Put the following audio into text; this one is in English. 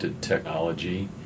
technology